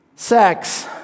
sex